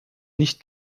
nicht